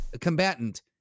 Combatant